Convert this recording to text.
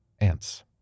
Ants